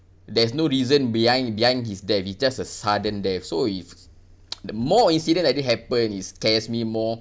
there's no reason behind behind his death it's just a sudden death so if the more incident that happen it scares me more